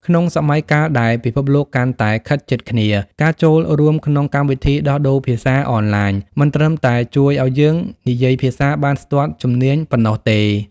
ក្នុងសម័យកាលដែលពិភពលោកកាន់តែខិតជិតគ្នា ការចូលរួមក្នុងកម្មវិធីដោះដូរភាសាអនឡាញ មិនត្រឹមតែជួយឱ្យយើងនិយាយភាសាបានស្ទាត់ជំនាញប៉ុណ្ណោះទេ។